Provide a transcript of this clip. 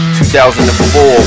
2004